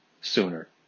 sooner